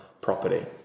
property